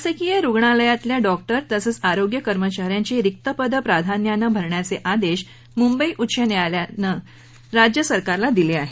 शासकीय रुग्णालयातल्या डॉक्टर तसंच आरोग्य कर्मचाऱ्यांची रिक्त पदं प्राधान्यानं भरण्याचे आदेश मुंबई उच्च न्यायालयानं राज्य सरकारला दिले आहेत